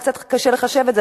וקצת קשה לחשב את זה,